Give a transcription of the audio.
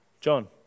John